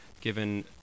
given